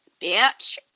bitch